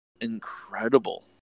incredible